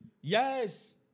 Yes